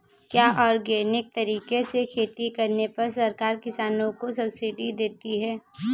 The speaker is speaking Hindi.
क्या ऑर्गेनिक तरीके से खेती करने पर सरकार किसानों को सब्सिडी देती है?